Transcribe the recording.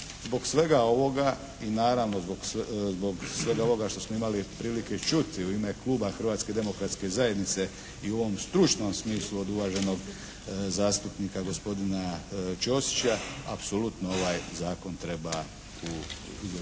Zbog svega ovoga i naravno zbog svega ovoga što smo imali prilike čuti u ime kluba Hrvatske demokratske zajednice i u ovom stručnom smislu od uvaženog zastupnika gospodina Ćosića, apsolutno ovaj zakon treba u